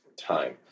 time